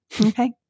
Okay